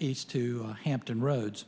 east to hampton roads